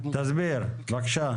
תסביר, בקשה.